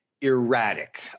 erratic